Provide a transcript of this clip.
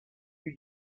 you